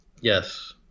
Yes